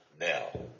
now